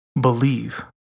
believe